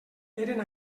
eren